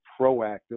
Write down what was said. proactive